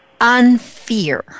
unfear